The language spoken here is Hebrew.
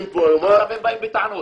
עכשיו הם באים בטענות.